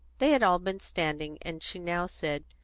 they had all been standing, and she now said,